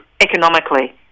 economically